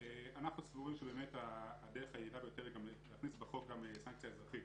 אנחנו סבורים שהדרך היעילה ביותר היא להכניס בחוק גם סנקציה אזרחית,